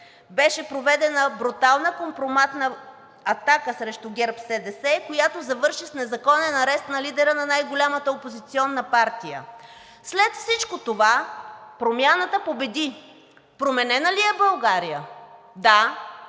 Беше проведена брутална компроматна атака срещу ГЕРБ-СДС, която завърши с незаконен арест на лидера на най-голямата опозиционна партия. След всичко това промяната победи. Променена ли е България?! Да,